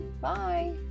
bye